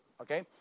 okay